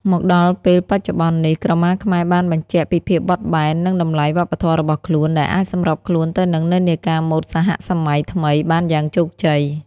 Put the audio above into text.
មកដល់ពេលបច្ចុប្បន្ននេះ ក្រមាខ្មែរបានបញ្ជាក់ពីភាពបត់បែន និងតម្លៃវប្បធម៌របស់ខ្លួន ដែលអាចសម្របខ្លួនទៅនឹងនិន្នាការម៉ូដសហសម័យថ្មីបានយ៉ាងជោគជ័យ។